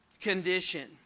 condition